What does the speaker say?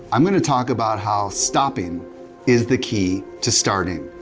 i'm gonna talk about how stopping is the key to starting.